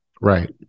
Right